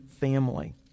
family